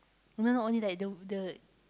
know not only that the the